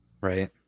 right